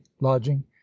lodging